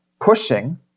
pushing